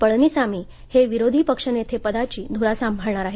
पळणीसामी हे विरोधी पक्षनेतेपदाची धुरा सांभाळणार आहेत